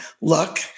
luck